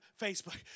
Facebook